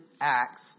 Acts